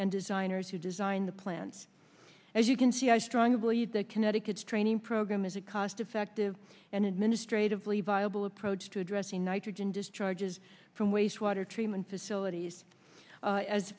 and designers who designed the plants as you can see i strongly believe that connecticut's training program is a cost effective and administratively viable approach to addressing nitrogen discharges from wastewater treatment facilities